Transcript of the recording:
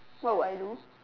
what would I do